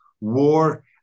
war